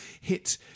Hit